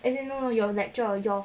as in no no no your lecture your